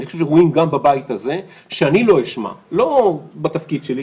אני חושב שרואים גם בבית הזה שאני לא אשמע לא בתפקיד שלי,